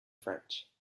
french